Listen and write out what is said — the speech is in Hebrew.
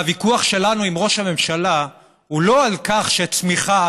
והוויכוח שלנו עם ראש הממשלה הוא לא על כך שצמיחה